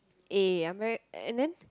eh I'm very and then